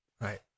Right